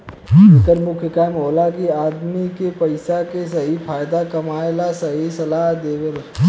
एकर मुख्य काम होला कि आदमी के पइसा के सही फायदा कमाए ला सही सलाह देवल